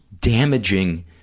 damaging